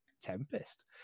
Tempest